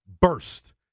burst